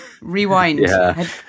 Rewind